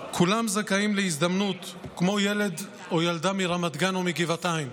כולם זכאים להזדמנות כמו ילד או ילדה מרמת גן או מגבעתיים.